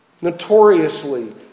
Notoriously